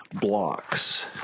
blocks